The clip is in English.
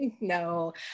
No